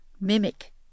mimic